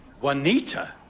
Juanita